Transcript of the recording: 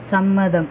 സമ്മതം